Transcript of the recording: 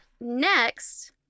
Next